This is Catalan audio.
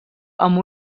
amb